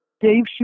Dave